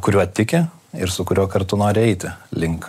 kuriuo tiki ir su kuriuo kartu nori eiti link